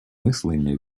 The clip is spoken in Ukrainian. мислення